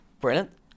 Brilliant